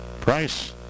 Price